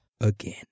again